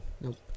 Nope